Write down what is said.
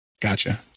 Gotcha